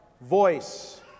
voice